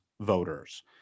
voters